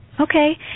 Okay